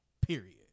period